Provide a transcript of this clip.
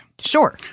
Sure